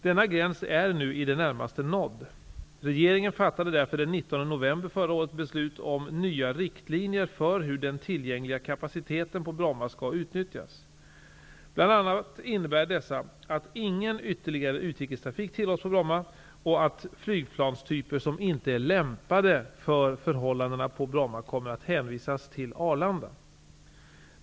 Denna gräns är nu i det närmaste nådd. Regeringen fattade därför den 19 november förra året beslut om nya riktlinjer för hur den tillgängliga kapaciteten på Bromma skall utnyttjas. Bl.a. innebär dessa att ingen ytterligare utrikestrafik tillåts på Bromma och att flygplanstyper som inte är lämpade för förhållandena på Bromma kommer att hänvisas till Arlanda.